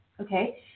Okay